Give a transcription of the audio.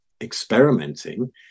experimenting